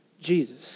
Jesus